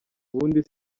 ubundi